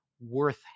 worth